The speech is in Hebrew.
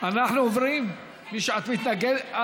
אנחנו עוברים, את מתנגדת?